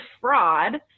fraud